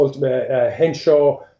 Henshaw